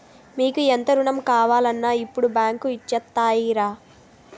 మీకు ఎంత రుణం కావాలన్నా ఇప్పుడు బాంకులు ఇచ్చేత్తాయిరా